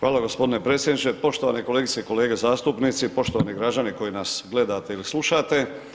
Hvala g. predsjedniče, poštovane kolegice i kolege zastupnici, poštovani građani koji nas gledate ili slušate.